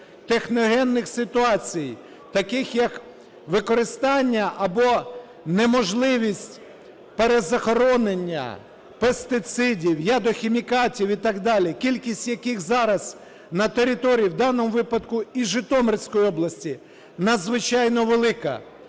техногенних ситуацій, таких як використання або неможливість перезахоронення пестицидів, ядохімікатів і так далі, кількість яких зараз на території в даному випадку і Житомирської області надзвичайно велика,